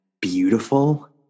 beautiful